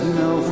no